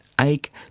ache